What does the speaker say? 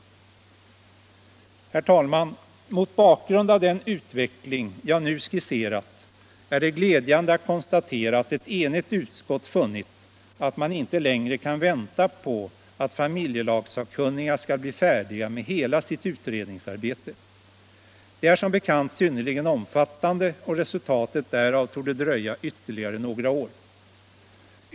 Herr talman! Mot bakgrund av den utveckling jag nu skisserat är det glädjande att konstatera att ett enigt utskott funnit att man inte längre kan vänta på att familjelagssakkunniga skall bli färdiga med hela sitt utredningsarbete. Det är som bekant synnerligen omfattande, och resultatet därav torde dröja ytterligare några år.